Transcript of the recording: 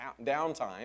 downtime